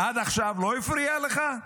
עד עכשיו לא הפריע לך?